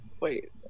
Wait